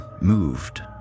moved